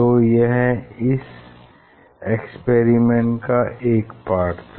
तो यह इस एक्सपेरिमेंट का एक पार्ट था